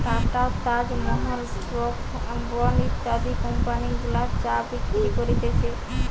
tata, Taj Mahal, Brooke Bond ইত্যাদি company গুলা চা বিক্রি করতিছে